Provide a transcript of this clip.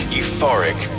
euphoric